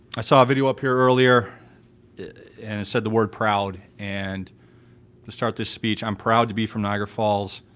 i saw a video up here earlier and it said the word proud, and to start this speech i'm proud to be from niagara falls.